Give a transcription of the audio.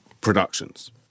productions